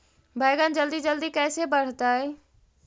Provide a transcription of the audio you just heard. बैगन जल्दी जल्दी कैसे बढ़तै?